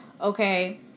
okay